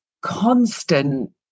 constant